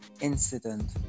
incident